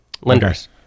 lenders